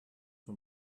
von